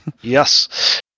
Yes